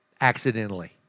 accidentally